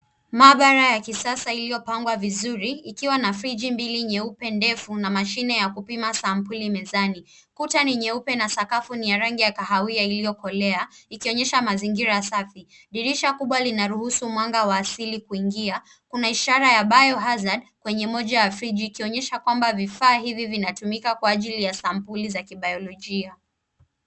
Mabara ya kisasa imepangwa vizuri, ikiwa na friji mbili ndefu za nyeupe na mashine ya kupima sampuli mezani. Kuta ni nyeupe na sakafu ya rangi ya kahawia iliyokolea, ikionyesha mazingira safi. Dirisha limefunguliwa na kuruhusu mwanga kuingia. Kuna ishara ya biohazard kwenye moja ya friji, ikionyesha kuwa sampuli za kibiolojia zinahifadhiwa ndani yake